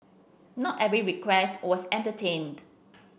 not every request was entertained